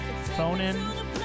phone-in